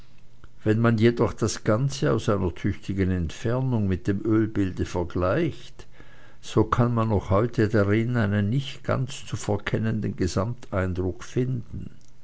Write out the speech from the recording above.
wenn man jedoch das ganze aus einer tüchtigen entfernung mit dem ölbilde vergleicht so kann man noch heute darin einen nicht ganz zu verkennenden gesamteindruck finden